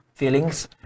Feelings